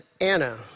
Anna